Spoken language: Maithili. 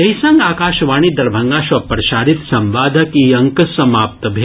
एहि संग आकाशवाणी दरभंगा सँ प्रसारित संवादक ई अंक समाप्त भेल